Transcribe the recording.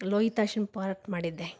ಲೋಹಿತಾಶ್ವನ part ಮಾಡಿದ್ದೆ